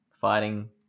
fighting